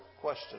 question